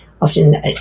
often